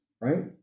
right